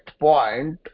point